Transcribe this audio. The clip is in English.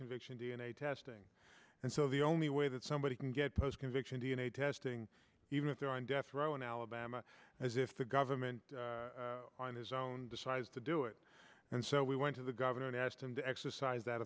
conviction d n a testing and so the only way that somebody can get post conviction d n a testing even if they're on death row in alabama as if the government on his own decides to do it and so we went to the governor and asked him to exercise that